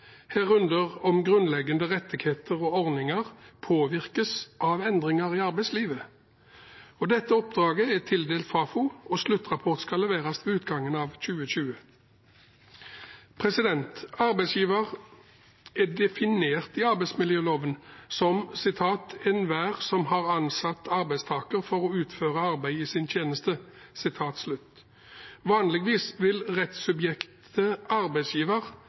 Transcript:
herunder om grunnleggende rettigheter og ordninger påvirkes av endringer i arbeidslivet. Dette oppdraget er tildelt Fafo, og sluttrapport skal leveres ved utgangen av 2020. Arbeidsgiver er definert i arbeidsmiljøloven som «enhver som har ansatt arbeidstaker for å utføre arbeid i sin tjeneste». Vanligvis vil rettssubjektet